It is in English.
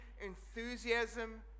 enthusiasm